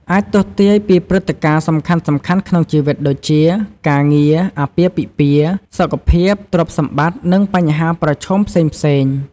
អាចទស្សន៍ទាយពីព្រឹត្តិការណ៍សំខាន់ៗក្នុងជីវិត ដូចជា ការងារ អាពាហ៍ពិពាហ៍ សុខភាព ទ្រព្យសម្បត្តិ និងបញ្ហាប្រឈមផ្សេងៗ។